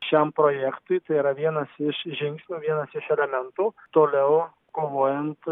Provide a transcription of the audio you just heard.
šiam projektui tai yra vienas iš žingsnių vienas iš ramentų toliau kovojant